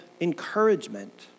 encouragement